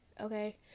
okay